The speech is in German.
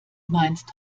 meinst